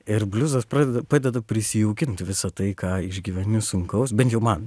ir bliuzas pradeda padeda prisijaukint visa tai ką išgyveni sunkaus bent jau man